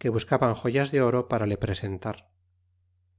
que buscaban joyas de oro para le presentar